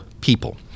people